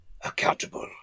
accountable